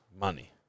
Money